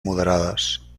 moderades